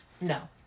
No